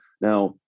Now